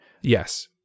Yes